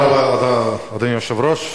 אדוני היושב-ראש,